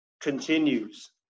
continues